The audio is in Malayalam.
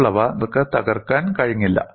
മറ്റുള്ളവ നിങ്ങൾക്ക് തകർക്കാൻ കഴിഞ്ഞില്ല